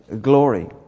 glory